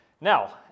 Now